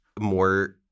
more